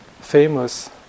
famous